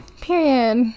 Period